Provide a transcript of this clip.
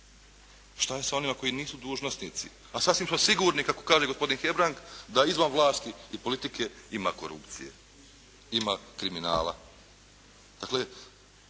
Šta je sa onima koji nisu dužnosnici, a sasvim smo sigurni kako kaže gospodin Hebrang da izvan vlasti i politike ima korupcije, ima kriminala.